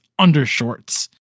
undershorts